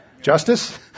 Justice